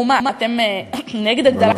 אמרו: מה, אתם נגד הגדלת הגירעון?